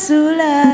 Sula